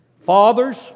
Fathers